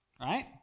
Right